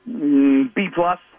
B-plus